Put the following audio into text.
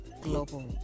global